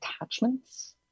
attachments